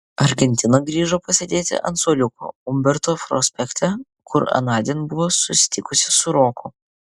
argentina grįžo pasėdėti ant suoliuko umberto prospekte kur anądien buvo susitikusi su roku